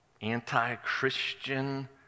Anti-Christian